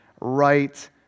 right